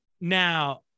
Now